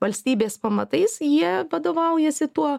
valstybės pamatais jie vadovaujasi tuo